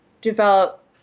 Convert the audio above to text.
develop